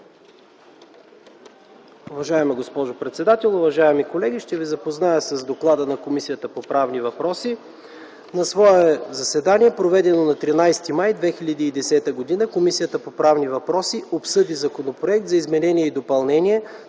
Уважаема госпожо председател, уважаеми колеги! Ще Ви запозная с доклада на Комисията по правни въпроси. „На свое заседание, проведено на 13 май 2010 г., Комисията по правни въпроси обсъди Законопроект за изменение и допълнение